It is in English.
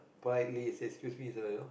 politely say excuse me sir